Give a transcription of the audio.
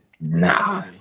Nah